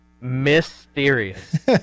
mysterious